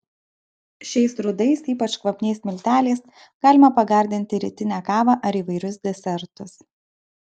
šiais rudais ypač kvapniais milteliais galima pagardinti rytinę kavą ar įvairius desertus